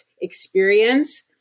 experience